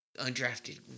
undrafted